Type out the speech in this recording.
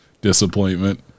disappointment